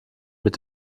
mit